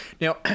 Now